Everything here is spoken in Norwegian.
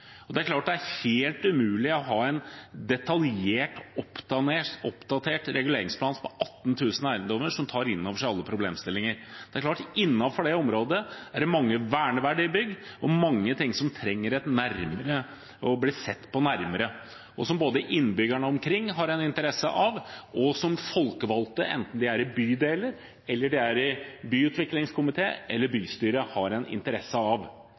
problemstillinger. Det er klart at innenfor det området er det mange verneverdige bygg og mange ting som trenger å bli sett nærmere på, og som både innbyggerne omkring har en interesse av, og som folkevalgte, enten det er i bydeler, i byutviklingskomité eller i bystyret, har en interesse av.